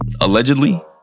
Allegedly